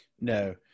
No